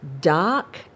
dark